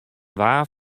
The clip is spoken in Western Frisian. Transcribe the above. waar